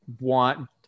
want